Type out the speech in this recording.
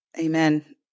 amen